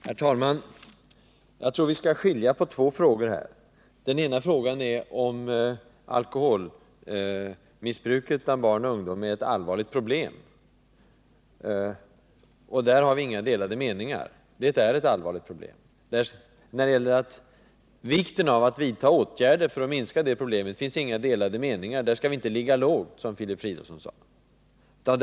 Herr talman! Jag tror vi skall skilja på två frågor. Den ena frågan är om alkoholmissbruket bland barn och ungdom är ett allvarligt problem, och där har vi inga delade meningar. Det är ett allvarligt problem. När det gäller vikten av att vidta åtgärder för att minska det problemet finns det inga delade meningar. Där skall vi inte ligga lågt, som Filip Fridolfsson sade.